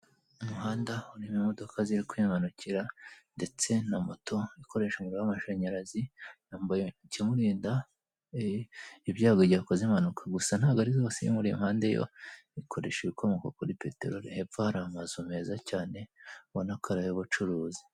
Umuhanda urimo imodoka ziri kwimanukira ndetse na moto ikoresha umuriro w'amashanyarazi, yambaye ikimurinda ibyago igihe akoze impanuka gusa ntabwo ari zose iriya imuri impande yo ikoresha ibikomoka kuri peteroli. Hepfo hari amazu meza cyane ubonako ari ay'ubucuruzi.